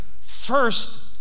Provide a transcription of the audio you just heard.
first